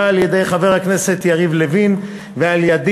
על-ידי חבר הכנסת יריב לוין ועל-ידי.